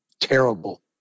terrible